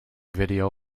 video